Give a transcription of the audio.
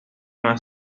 nueva